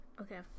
Okay